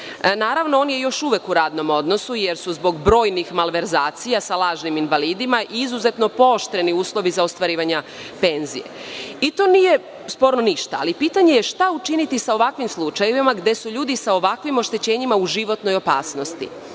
Naravno, on je još uvek u radnom odnosu, jer su zbog brojnih malverzacija sa lažnim invalidima izuzetno pooštreni uslovi za ostvarivanje penzija. To nije ništa sporno, ali pitanje je – šta učiniti sa ovakvim slučajevima gde su ljudi sa ovakvim oštećenjima u životnoj opasnosti? Kada